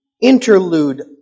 interlude